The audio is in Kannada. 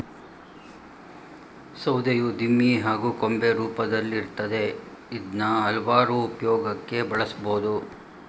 ಸೌಧೆಯು ದಿಮ್ಮಿ ಹಾಗೂ ಕೊಂಬೆ ರೂಪ್ದಲ್ಲಿರ್ತದೆ ಇದ್ನ ಹಲ್ವಾರು ಉಪ್ಯೋಗಕ್ಕೆ ಬಳುಸ್ಬೋದು